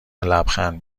لبخند